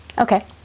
Okay